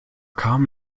kam